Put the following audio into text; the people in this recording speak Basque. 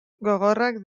gogorrak